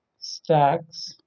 stacks